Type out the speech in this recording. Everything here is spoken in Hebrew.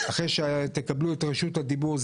אחרי שתקבלו את רשות הדיבור,